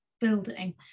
building